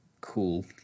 cool